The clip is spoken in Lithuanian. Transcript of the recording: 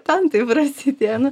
ten tai prasidėjo nu